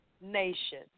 nation